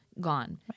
gone